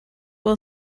will